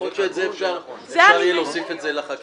יכול להיות שאפשר יהיה להוסיף את זה לחקיקה.